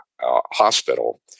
hospital